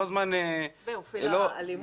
ואלימות לפעמים.